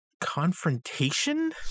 confrontation